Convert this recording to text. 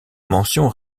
mention